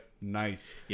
nice